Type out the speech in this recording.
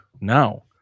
No